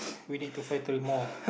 we need to find three more